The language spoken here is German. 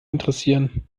interessieren